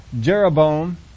Jeroboam